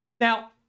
Now